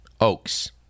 oaks